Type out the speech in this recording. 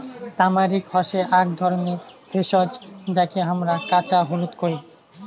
তামারিক হসে আক ধরণের ভেষজ যাকে হামরা কাঁচা হলুদ কোহি